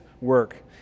work